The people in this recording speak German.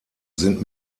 sind